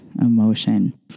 emotion